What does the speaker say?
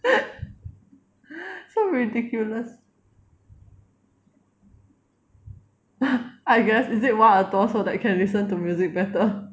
so ridiculous I guess is it 挖耳朵 so that can listen to music better